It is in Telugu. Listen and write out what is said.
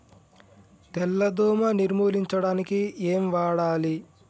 తెల్ల దోమ నిర్ములించడానికి ఏం వాడాలి?